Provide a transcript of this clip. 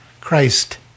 Christ